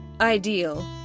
ideal